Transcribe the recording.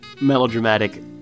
melodramatic